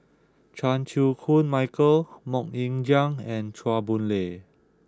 Chan Chew Koon Michael Mok Ying Jang and Chua Boon Lay